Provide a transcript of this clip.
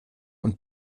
und